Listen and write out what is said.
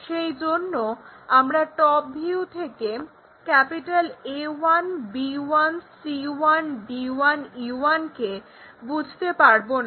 সেই জন্য আমরা টপ ভিউ থেকে A1 B1 C1 D1 E1 কে বুঝতে পারব না